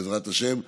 בעזרת השם,